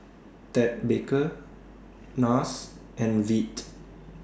Ted Baker Nars and Veet